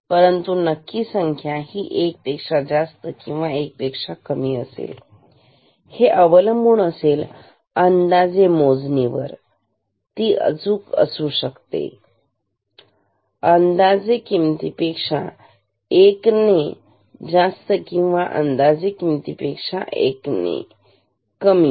परंतु नक्की संख्या ही एक पेक्षा जास्त किंवा एक पेक्षा कमी असेल हे अवलंबून असेल अंदाजे मोजणी वर ती असू शकते अंदाजे किमतीपेक्षा एक्ने जास्त किंवा अंदाजे किमतीपेक्षा कमी ती अवलंबून असेल 9